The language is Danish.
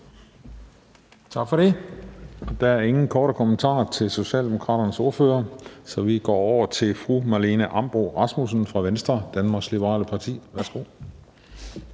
Tak for det. Der er ingen korte bemærkninger til Socialdemokraternes ordfører, så vi går over til fru Marlene Ambo-Rasmussen fra Venstre, Danmarks Liberale Parti. Værsgo.